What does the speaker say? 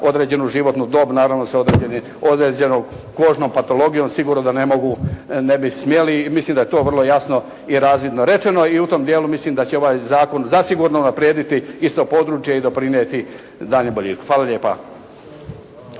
određenu životnu dob naravno sa određenom kožnom patologijom sigurno da ne bi smjeli i mislim da je to vrlo jasno i razvidno rečeno. I u tom dijelu mislim da će ovaj zakon zasigurno unaprijediti isto područje i doprinijeti daljnjem boljitku. Hvala lijepa.